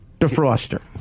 defroster